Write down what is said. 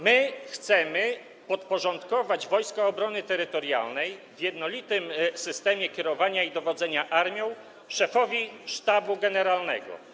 My chcemy podporządkować Wojska Obrony Terytorialnej w jednolitym systemie kierowania i dowodzenia armią szefowi Sztabu Generalnego.